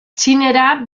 txinera